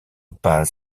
pas